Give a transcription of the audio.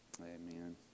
Amen